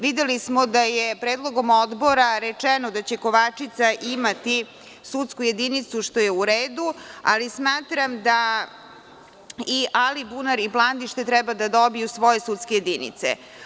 Videli smo da je predlogom odbora rečeno da će Kovačica imati sudsku jedinicu, što je u redu, ali smatram da i Alibunar i Plandište treba da dobiju svoje sudske jedinice.